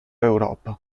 europa